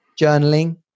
journaling